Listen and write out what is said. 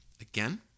Again